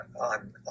on